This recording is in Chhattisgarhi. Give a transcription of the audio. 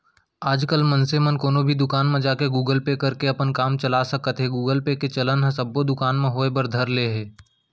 आजकल मनसे मन कोनो भी दुकान म जाके गुगल पे करके अपन काम ल चला सकत हें गुगल पे के चलन ह सब्बो दुकान म होय बर धर ले हे